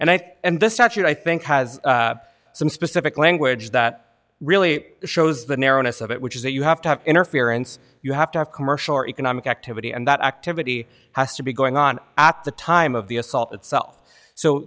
statute i think has some specific language that really shows the narrowness of it which is that you have to have interference you have to have commercial or economic activity and that activity has to be going on at the time of the assault itself so